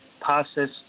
passes